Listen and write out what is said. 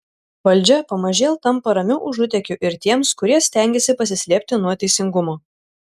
valdžia pamažėl tampa ramiu užutėkiu ir tiems kurie stengiasi pasislėpti nuo teisingumo